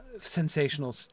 sensational